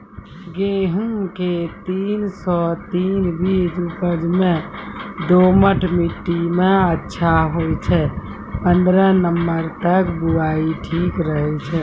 गेहूँम के तीन सौ तीन बीज उपज मे दोमट मिट्टी मे अच्छा होय छै, पन्द्रह नवंबर तक बुआई ठीक रहै छै